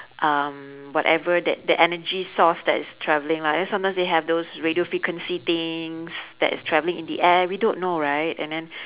um whatever that that energy source that is travelling lah because sometimes they have those radio frequency things that is travelling in the air we don't know right and then